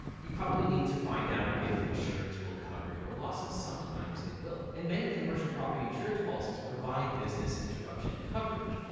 you probably need to find out if insurance will cover you losses. sometimes it will. and many commercial property insurance policies provide business interruption coverage.